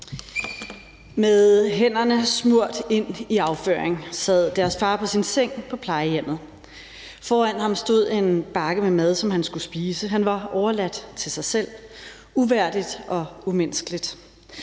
Med hænderne smurt ind i afføring sad deres far på sin seng på plejehjemmet. Foran ham stod en bakke med mad, som han skulle spise. Han var overladt til sig selv – uværdigt og umenneskeligt.